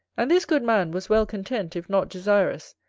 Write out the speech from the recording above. and this good man was well content, if not desirous,